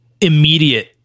immediate